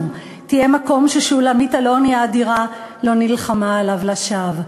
תהיה מקום ששולמית אלוני האדירה לא נלחמה עליו לשווא.